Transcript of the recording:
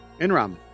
Inram